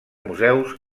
museus